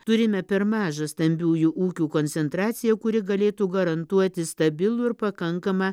turime per mažą stambiųjų ūkių koncentraciją kuri galėtų garantuoti stabilų ir pakankamą